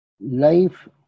life